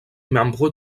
membre